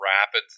rapidly